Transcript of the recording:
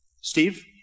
Steve